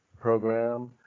program